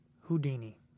Houdini